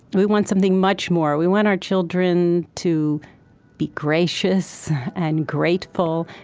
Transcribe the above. but we want something much more. we want our children to be gracious and grateful.